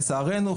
לצערנו,